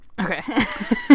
Okay